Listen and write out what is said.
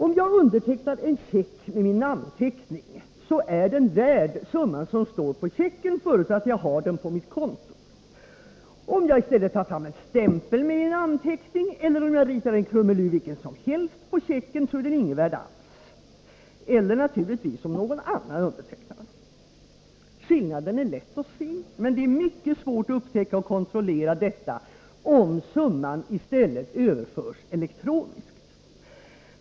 Om jag undertecknar en check med min namnteckning, så är den värd summan som står på checken — förutsatt att jag har summan på mitt konto. Om jag i stället tar fram en stämpel med min namnteckning eller ritar en krumelur vilken som helst på checken, så är den inget värd alls. På samma sätt är det naturligtvis om någon annan undertecknar checken. Skillnaden är lätt att se. Men det är mycket svårt att upptäcka och kontrollera detta, om summan i stället överförs elektroniskt.